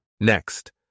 Next